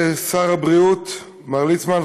שר הבריאות מר ליצמן,